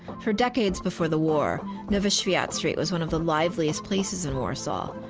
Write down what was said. for decades before the war, nowy swiat street was one of the liveliest places in warsaw.